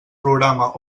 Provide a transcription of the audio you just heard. programa